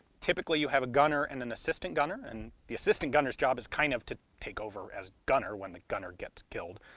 typically you have a gunner and an assistant gunner, and the assistant gunner's job is kind of to take over as gunner when the gunner gets killed.